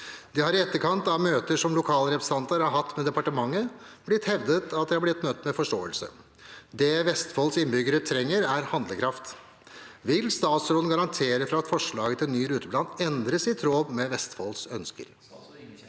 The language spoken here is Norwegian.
Det har i etterkant av møter som lokale representanter har hatt med departementet, blitt hevdet at de har blitt møtt med forståelse. Det Vestfolds innbyggere trenger er handlekraft. Vil statsråden garantere for at forslaget til ny ruteplan endres i tråd med Vestfolds ønsker?»